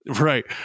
Right